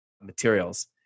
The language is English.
materials